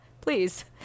please